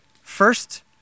First